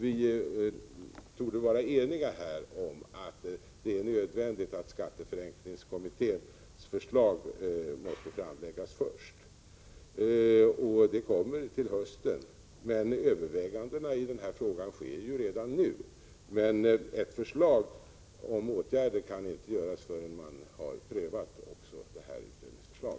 Vi torde vara eniga om att det är nödvändigt att skatteförenklingskommitténs förslag framläggs först. Det kommer till hösten. Övervägandena i den här frågan sker ju redan nu, men ett förslag till åtgärder kan inte göras förrän man har prövat även detta utredningsförslag.